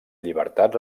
llibertat